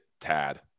Tad